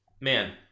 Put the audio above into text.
Man